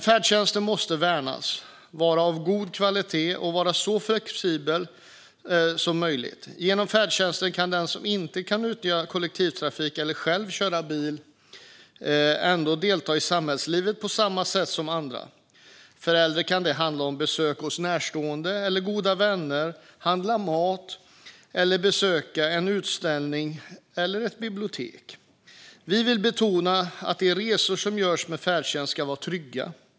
Färdtjänsten måste värnas, vara av god kvalitet och vara så flexibel som möjligt. Genom färdtjänsten kan den som inte kan nyttja kollektivtrafiken eller själv köra bil ändå delta i samhällslivet på samma sätt som andra. För äldre kan det handla om att besöka närstående eller goda vänner, handla mat eller besöka en utställning eller ett bibliotek. Vi vill betona att de resor som görs med färdtjänst ska vara trygga.